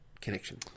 connection